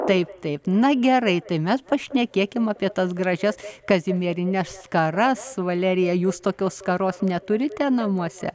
taip taip na gerai tai mes pašnekėkime apie tas gražias kazimierines skaras valerija jūs tokios skaros neturite namuose